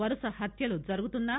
వరుస హత్యలు జరుగుతున్నా